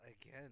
again